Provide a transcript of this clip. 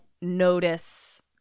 notice